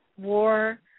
war